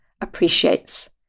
appreciates